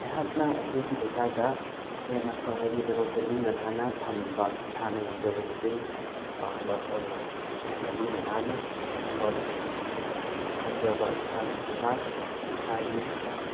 ꯑꯩꯍꯥꯛꯅ ꯑꯩꯈꯣꯏꯒꯤ ꯂꯩꯀꯥꯏꯗ ꯍꯦꯟꯅ ꯐꯅꯕꯒꯤꯗꯃꯛꯇ ꯂꯨꯅ ꯅꯥꯟꯅ ꯊꯝꯕ ꯏꯁꯥꯅ ꯉꯝꯖꯕ ꯃꯇꯦꯡ ꯄꯥꯡꯕ ꯑꯣꯏꯅ ꯑꯩꯍꯥꯛꯅ ꯂꯨꯅ ꯅꯥꯟꯅ ꯊꯝꯕ ꯉꯝꯖꯕ ꯏꯁꯥꯒꯤ ꯊꯣꯡꯒꯥꯟ ꯏꯁꯥꯒꯤ